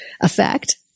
effect